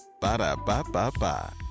Ba-da-ba-ba-ba